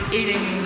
eating